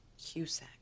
Cusack